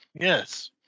Yes